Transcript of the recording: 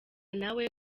nawe